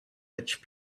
which